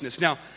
Now